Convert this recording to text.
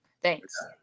Thanks